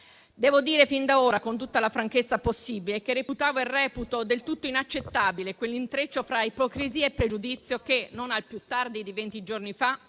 Devo dire fin da ora con tutta la franchezza possibile che reputavo e reputo del tutto inaccettabile quell'intreccio fra ipocrisia e pregiudizio che, non al più tardi di venti giorni fa,